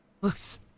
looks